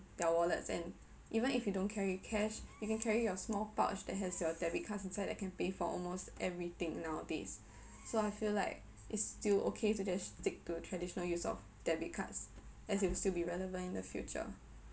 their wallets and even if you don't carry cash you can carry your small pouch that has your debit cards inside that can pay for almost everything nowadays so I feel like it's still okay to just stick to traditional use of debit cards as it will still be relevant in the future